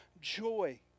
joy